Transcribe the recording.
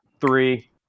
Three